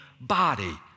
body